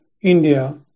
India